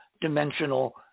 dimensional